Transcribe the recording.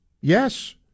yes